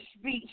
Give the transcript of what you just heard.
speech